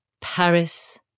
Paris